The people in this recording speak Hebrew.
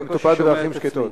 זה מטופל בדרכים שקטות.